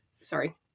Sorry